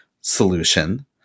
solution